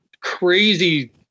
crazy